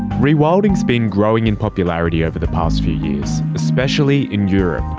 rewilding has been growing in popularity over the past few years, especially in europe.